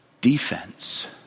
defense